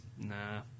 Nah